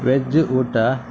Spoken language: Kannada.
ವೆಜ್ ಊಟ